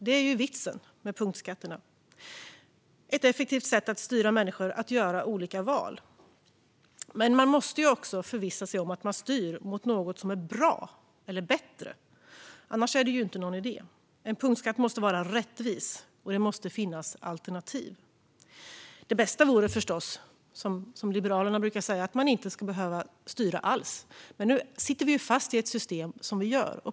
Det är ju vitsen med punktskatterna: ett effektivt sätt att styra människor att göra olika val. Men man måste också förvissa sig om att man styr mot något som är bra eller bättre. Annars är det inte någon idé. En punktskatt måste vara rättvis, och det måste finnas alternativ. Det bästa vore förstås, som Liberalerna brukar säga, att inte behöva styra alls, men nu sitter vi ju fast i det system vi har.